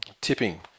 tipping